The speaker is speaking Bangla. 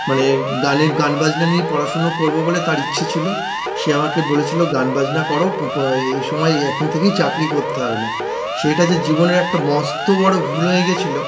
মানে গানে গান বাজনা নিয়ে পড়াশোনা করবো বলে তাঁর ইচ্ছে ছিলো সে আমাকে বলেছিল গান বাজনা করো এই সময় এই এখন থেকেই চাকরি করতে হবে না সেটা যে জীবনে একটা মস্ত বড়ো ভুল হয়ে গেছিল